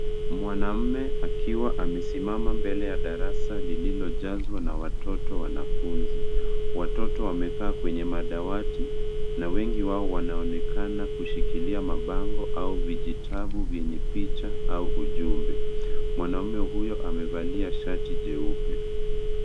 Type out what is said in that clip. Mwanamume akiwa amesimama mbele ya darasa lililojazwa na watoto wanafunzi. Watoto wamekaa kwenye madawati na wengi wao wanaonekana kushikilia mabango au vijitabu vyenye picha au ujumbe. Mwanamume huyo amevalia shati jeupe.